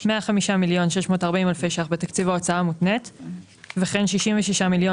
105 מיליון ו-640 אלפי ₪ בתקציב ההוצאה המותנית וכן 66 מיליון